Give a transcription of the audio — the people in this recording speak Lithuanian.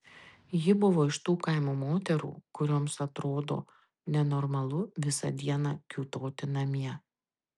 ji buvo iš tų kaimo moterų kurioms atrodo nenormalu visą dieną kiūtoti namie